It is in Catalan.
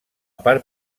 part